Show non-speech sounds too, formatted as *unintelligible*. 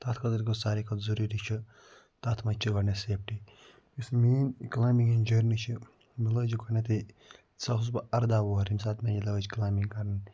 تَتھ خٲطرٕ گوٚو ساروے کھۄتہٕ ضٔروٗری چھُ تَتھ مَنٛز چھِ گۄڈٕنٮ۪تھ سیفٹی یۄس مین کٕلایمبِنٛگ ہِنٛز جٔرنی چھِ مےٚ لٲجۍ یہِ گۄڈٕنٮ۪تھٕے *unintelligible* ساتہٕ اوسُس بہٕ اَرداہ وُہَر ییٚمہِ ساتہٕ مےٚ یہِ لٲجۍ کٕلایمبِنٛگ کَرٕنۍ